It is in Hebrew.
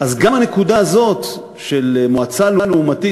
אז גם הנקודה הזאת של מועצה לעומתית